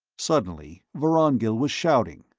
suddenly vorongil was shouting,